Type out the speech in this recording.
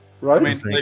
right